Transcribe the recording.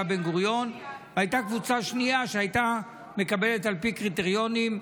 והייתה קבוצה שנייה שהייתה מקבלת על פי קריטריונים.